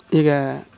ಈಗ